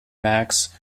max